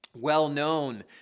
well-known